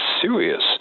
serious